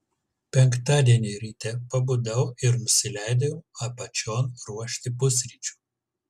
penktadienį ryte pabudau ir nusileidau apačion ruošti pusryčių